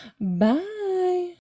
Bye